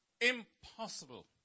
impossible